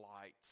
lights